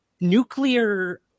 nuclear